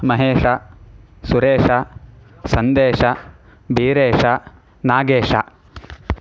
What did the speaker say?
महेशः सुरेशः सन्देशः विरेशः नागेशः